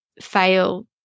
fail